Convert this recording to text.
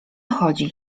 chodzi